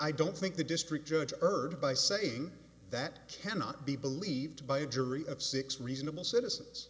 i don't think the district judge heard by saying that cannot be believed by a jury of six reasonable citizens